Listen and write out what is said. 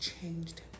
changed